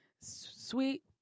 Sweet